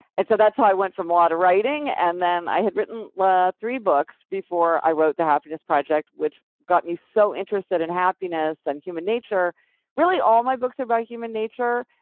and so that's how i went from law to writing, and then i had written three books before i wrote the happiness project, which got me so interested in happiness and human nature really, all my books are about human nature,